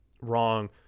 wrong